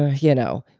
ah you know?